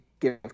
give